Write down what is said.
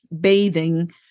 bathing